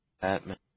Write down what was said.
Batman